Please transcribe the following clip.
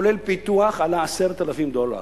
כולל פיתוח עלה 10,000 דולר.